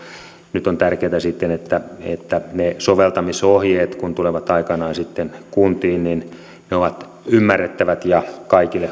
nyt on tärkeätä sitten että että ne soveltamisohjeet kun tulevat aikanaan sitten kuntiin ovat ymmärrettävät ja kaikille